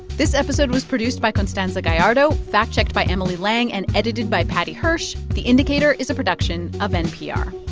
this episode was produced by constanza gallardo, fact-checked by emily lang and edited by paddy hirsch. the indicator is a production of npr